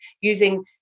using